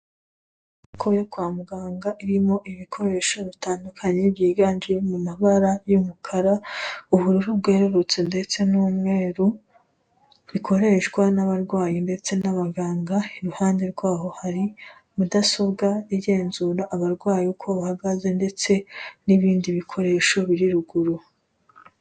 Inyubako yo kwa muganaga irimo ibikoresho bitandukanye byiganje mu mabara y'umukara, ubururu bwererutse ndetse n'umweru, bikoresha n'abarwayi ndetse n'abaganga, iruhande rwaho hari mudasobwa igenzura abarwayi uko bahagaze, ndetse n'ibindi bikoresho biri ruguru.